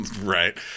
right